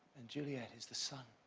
and juliet is the sun.